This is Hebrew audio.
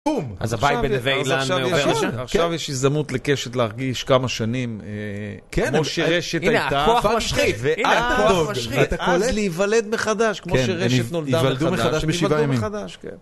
אז עכשיו יש הזדמנות לקשת להרגיש כמה שנים כמו שרשת הייתה. הנה הכוח משחית. להיוולד מחדש כמו שרשת נולדה מחדש בשבעה ימים.